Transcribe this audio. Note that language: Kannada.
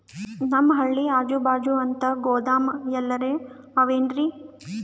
ನಮ್ ಹಳ್ಳಿ ಅಜುಬಾಜು ಅಂತ ಗೋದಾಮ ಎಲ್ಲರೆ ಅವೇನ್ರಿ?